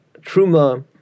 truma